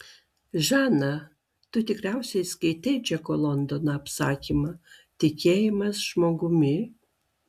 žana tu tikriausiai skaitei džeko londono apsakymą tikėjimas žmogumi